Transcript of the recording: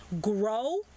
grow